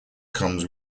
comes